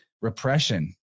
repression